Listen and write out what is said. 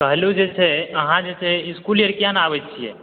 कहलहुँ जे छै अहाँ जे छै से इस्कुल आओर किया नहि आबैत छियै